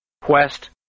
quest